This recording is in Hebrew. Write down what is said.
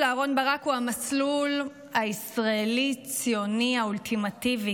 אהרן ברק הוא המסלול הישראלי-ציוני האולטימטיבי,